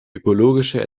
ökologische